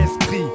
esprit